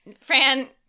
Fran